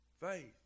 Faith